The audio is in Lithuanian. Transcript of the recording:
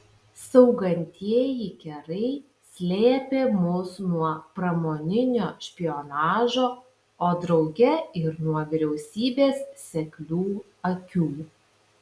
saugantieji kerai slėpė mus nuo pramoninio špionažo o drauge ir nuo vyriausybės seklių akių